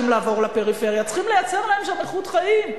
לעבור לפריפריה צריכים לייצר להם שם איכות חיים.